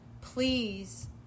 please